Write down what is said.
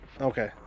Okay